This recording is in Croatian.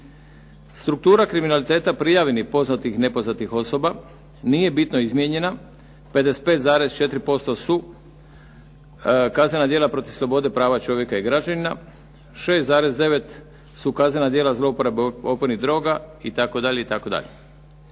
Struktura kriminaliteta prijavljenih poznatih i nepoznatih osoba nije bitno izmijenjena. 55,4% su kaznena djela protiv slobode, prava čovjeka i građanina. 6,9 su kaznena djela zlouporabe opojnih droga itd.